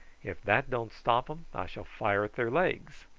if that don't stop em i shall fire at their legs,